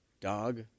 dog